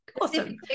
Awesome